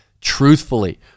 truthfully